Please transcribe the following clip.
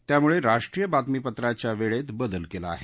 त्यामुळे राष्ट्रीय बातमीपत्राच्या वेळेत बदल केला आहे